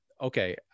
okay